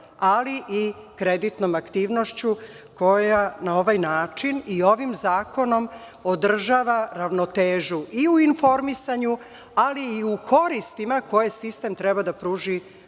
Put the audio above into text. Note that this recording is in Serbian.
ali i kreditnom aktivnošću koja na ovaj način i ovim zakonom održava ravnotežu i u informisanju, ali i u koristima koje sistem treba da pruži